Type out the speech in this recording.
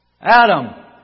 Adam